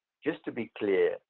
just to be clear,